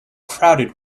crowded